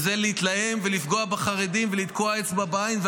להתלהם ולפגוע בחרדים ולתקוע אצבע בעין.